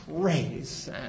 Praise